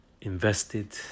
invested